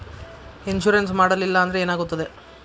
Insurance ಮಾಡಲಿಲ್ಲ ಅಂದ್ರೆ ಏನಾಗುತ್ತದೆ?